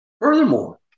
Furthermore